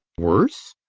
worse!